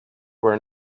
where